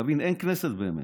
תבין, אין כנסת באמת.